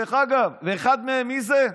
דרך אגב, אחד מהם, מי זה?